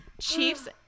chiefs